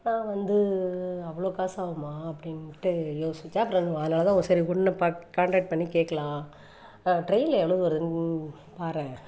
நான் வந்து அவ்வளோ காசு ஆகுமா அப்படின்ட்டு யோசித்தேன் அப்புறம் அது அதனால் தான் ஓ சரி உன்னை பாக் காண்டாக்ட் பண்ணி கேட்கலாம் ட்ரெயினில் எவ்வளோ வரும்னு பாரேன்